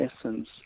essence